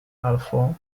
alphand